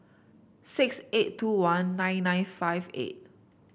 six eight two one nine nine five eight